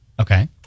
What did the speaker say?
Okay